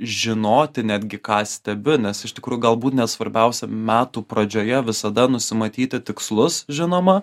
žinoti netgi ką stebiu nes iš tikrųjų galbūt ne svarbiausia metų pradžioje visada nusimatyti tikslus žinoma